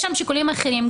יש שם שיקולים אחרים.